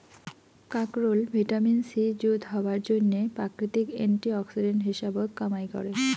কাকরোল vitamin C যুত হবার জইন্যে প্রাকৃতিক অ্যান্টি অক্সিডেন্ট হিসাবত কামাই করে